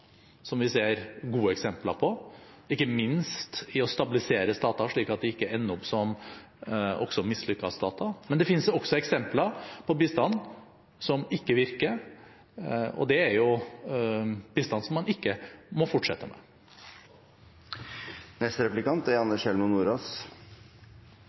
som vi ser gode eksempler på, ikke minst når det gjelder å stabilisere stater, slik at de ikke ender opp som mislykkede stater. Men det finnes også eksempler på bistand som ikke virker, og det er bistand man ikke må fortsette med.